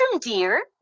dear